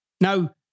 Now